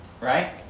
Right